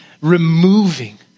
removing